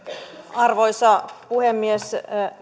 arvoisa puhemies